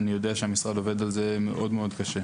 אני יודע שהמשרד עובד על זה מאוד מאוד קשה.